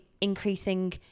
increasing